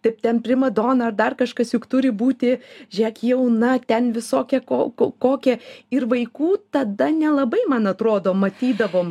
taip ten primadona ar dar kažkas juk turi būti žiūrėk jauna ten visokia ko ko kokia ir vaikų tada nelabai man atrodo matydavom